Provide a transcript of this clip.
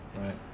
right